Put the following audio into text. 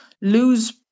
lose